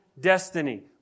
destiny